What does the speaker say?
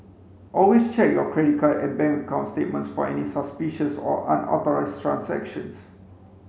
always check your credit card and bank account statements for any suspicious or unauthorised transactions